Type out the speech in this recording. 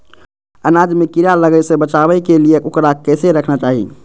अनाज में कीड़ा लगे से बचावे के लिए, उकरा कैसे रखना चाही?